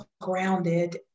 grounded